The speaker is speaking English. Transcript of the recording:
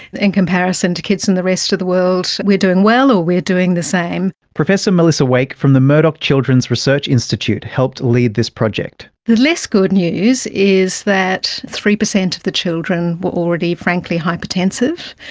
in comparison to kids in the rest of the world, we're doing well or we're doing the same. professor melissa wake from the murdoch children's research institute helped lead this project. the less good news is that three percent of the children were already frankly hypertensive,